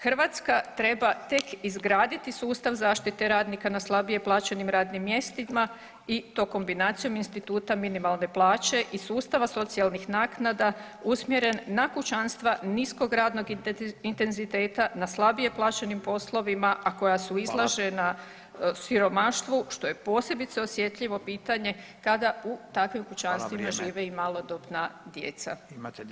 Hrvatska treba tek izgraditi sustav zaštite radnika na slabije plaćenim radnim mjestima i to kombinacijom instituta minimalne plaće i sustava socijalnih naknada usmjeren na kućanstva niskog radnog intenziteta, na slabije plaćenim poslovima, a koja su izložena siromaštvu što je posebice osjetljivo pitanje kada u takvim kućanstvima žive i malodobna djeca.